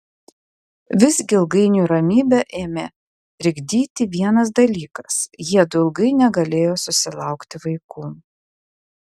visgi ilgainiui ramybę ėmė trikdyti vienas dalykas jiedu ilgai negalėjo susilaukti vaikų